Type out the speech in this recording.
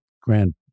grand